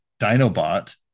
Dinobot